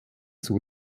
zur